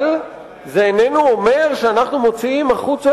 אבל זה איננו אומר שאנחנו מוציאים החוצה